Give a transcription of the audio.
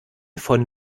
von